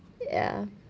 ya